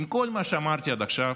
עם כל מה שאמרתי עד עכשיו,